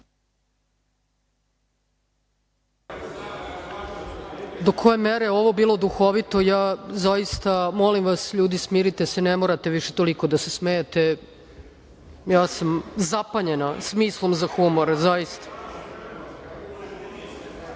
Do koje mere je ovo bilo duhovito, ja zaista, molim vas ljudi smirite se, ne morate više toliko da se smejete. Ja sam zapanjena smislom za humor, zaista,